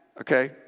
okay